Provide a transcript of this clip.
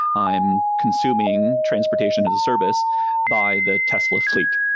i'm consuming transportation as a service by the tesla fleet.